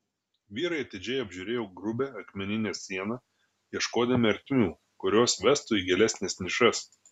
vyrai atidžiai apžiūrėjo grubią akmeninę sieną ieškodami ertmių kurios vestų į gilesnes nišas